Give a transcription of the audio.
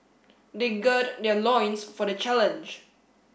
they gird their loins for the challenge